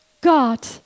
God